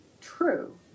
true